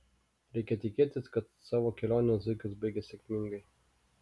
reikia tikėtis kad savo kelionę zuikis baigė sėkmingai